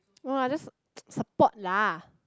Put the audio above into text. no lah just support lah